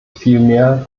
vielmehr